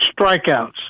strikeouts